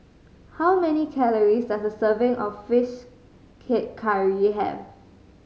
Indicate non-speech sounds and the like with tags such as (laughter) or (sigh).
how many calories does a serving of fish (unintelligible) curry have